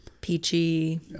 Peachy